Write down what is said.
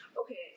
Okay